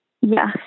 yes